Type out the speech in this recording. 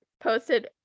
posted